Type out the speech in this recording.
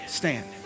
stand